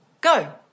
Go